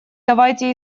давайте